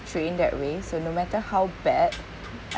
trained that way so no matter how bad